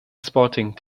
sporting